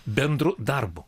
bendru darbu